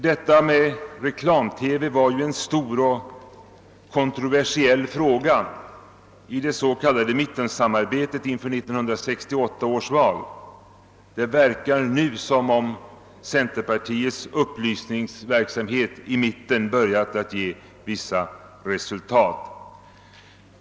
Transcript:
Detta med reklam TV var ju en stor och kontroversiell fråga i det s.k. mittensamarbetet inför 1968 års val. Det verkar nu som om centerpartiets upplysningsverksamhet i mitten börjat ge vissa resultat.